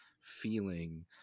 feeling